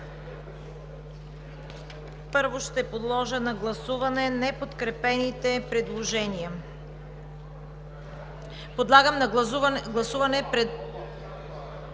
Първо ще подложа на гласуване неподкрепените предложения. Подлагам на гласуване